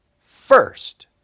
First